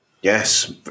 Yes